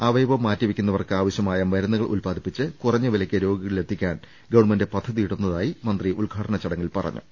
അവയവം മാറ്റിവെക്കുന്നവർക്ക് ആവശ്യമായ മരുന്നുകൾ ഉൽപാദിപ്പിച്ച് കുറഞ്ഞ വിലയ്ക്ക് രോഗികളിലെത്തിക്കാൻ ഗവൺമെന്റ് പദ്ധതിയിടുന്നതായി മന്ത്രി ഉദ്ഘാടന ചടങ്ങിൽ പറ ഞ്ഞു